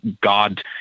God